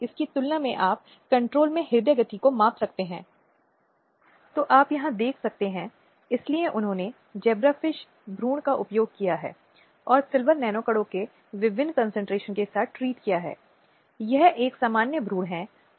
इसलिए इसे जल्दी शुरू करना होगा और इसे बालिकाओं के जन्म के साथ ही बालिकाओं के साथ शुरू करना होगा और उस वातावरण में उसका पोषण करना होगा जहाँ वह खुद को अन्य सभी समकक्षों के बराबर पाती है और खुद को समान रूप से अवसरों और संसाधन जो समाज में हैं उनकी समान पहुँच महसूस कराती है